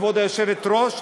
כבוד היושבת-ראש,